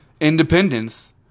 Independence